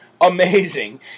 amazing